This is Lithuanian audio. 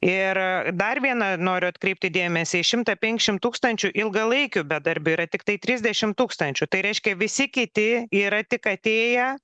ir dar viena noriu atkreipti dėmesį į šimtą penkiasšim tūkstančių ilgalaikių bedarbių yra tiktai trisdešim tūkstančių tai reiškia visi kiti yra tik atėję